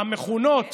המכונות